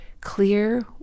clear